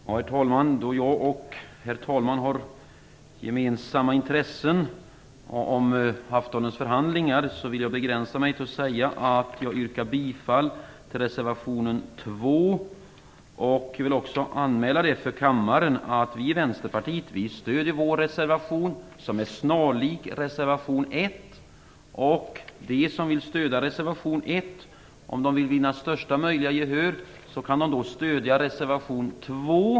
Herr talman! Då jag och herr talmannen har gemensamma intressen rörande aftonens förhandlingar vill jag begränsa mig till att säga att jag yrkar bifall till reservationen 2. Jag vill också anmäla för kammaren att vi i Vänsterpartiet stöder vår reservation, som är snarlik reservation 1. Om de som vill stödja reservation 1 vill vinna största möjliga gehör kan de stödja reservation 2.